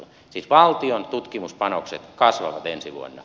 siis valtion tutkimuspanokset kasvavat ensi vuonna